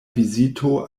vizito